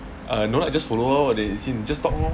uh no lah just follow lor what they in this just talk lor